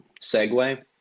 segue